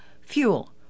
Fuel